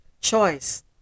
choice